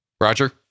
Roger